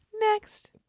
Next